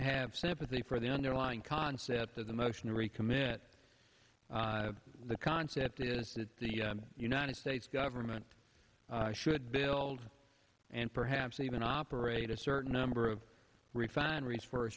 have sympathy for the underlying concept of the motion to recommit the concept is that the united states government should build and perhaps even operate a certain number of refineries for